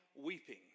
weeping